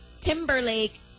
Timberlake